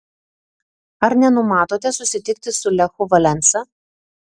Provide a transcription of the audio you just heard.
ar nenumatote susitikti su lechu valensa